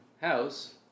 house